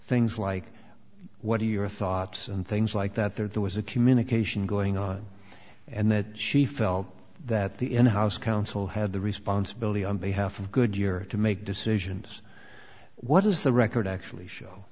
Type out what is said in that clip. things like what are your thoughts and things like that there was a communication going on and that she felt that the in house counsel had the responsibility on behalf of goodyear to make decisions what does the record actually show